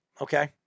okay